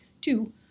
two